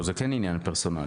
זה כן עניין פרסונלי.